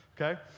okay